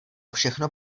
všechno